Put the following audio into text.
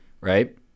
right